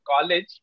college